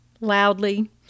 Loudly